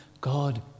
god